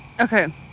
Okay